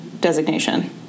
designation